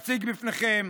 אציג בפניכם